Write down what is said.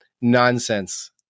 nonsense